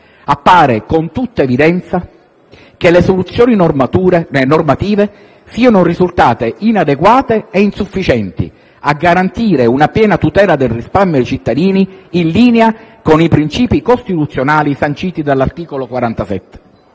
Appare con tutta evidenza che le soluzioni normative siano risultate inadeguate e insufficienti a garantire una piena tutela del risparmio dei cittadini, in linea con i princìpi costituzionali sanciti dall'articolo 47.